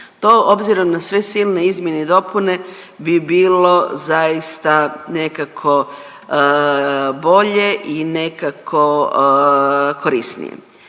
To obzirom na sve silne izmjene i dopune bi bilo zaista nekako bolje i nekako korisnije.